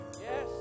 Yes